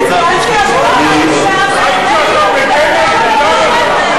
אתה אומנם יושב מול הבמה,